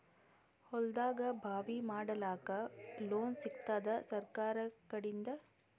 ಹೊಲದಾಗಬಾವಿ ಮಾಡಲಾಕ ಲೋನ್ ಸಿಗತ್ತಾದ ಸರ್ಕಾರಕಡಿಂದ?